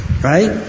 right